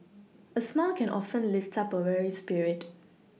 a smile can often lift up a weary spirit